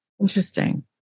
Interesting